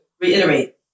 reiterate